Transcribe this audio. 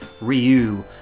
Ryu